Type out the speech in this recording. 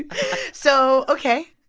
so ok.